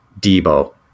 Debo